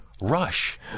Rush